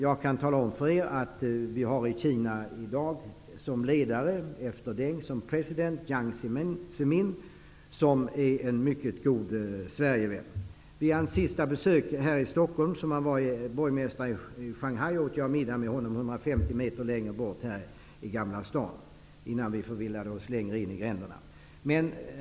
Jag kan tala om för er att Kina i dag efter Deng som president har Jiang Zemin, som är en mycket stor Sverigevän. Vid hans senaste besök här i Stockholm, i egenskap av borgmästare i Shanghai, åt jag middag med honom 150 meter härifrån, i Gamla Stan, innan vi förvillade oss längre in i gränderna.